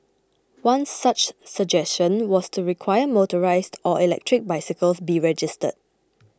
one such suggestion was to require motorised or electric bicycles be registered